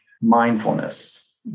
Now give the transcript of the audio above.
mindfulness